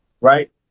right